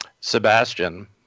Sebastian